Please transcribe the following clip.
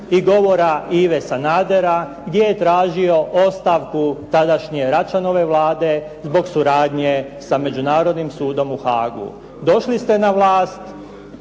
i govora Ive Sanadera, gdje je tražio ostavku tadašnje Račanove Vlade zbog suradnje sa Međunarodnim sudom u Haagu. Došli ste na vlast